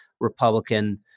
Republican